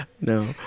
No